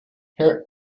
harry